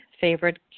favorite